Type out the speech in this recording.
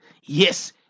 yes